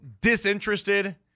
disinterested